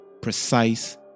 precise